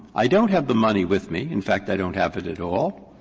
i don't have the money with me. in fact, i don't have it at all.